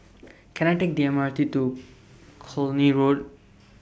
Can I Take The M R T to Cluny Road